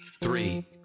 three